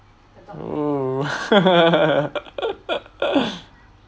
!fuh!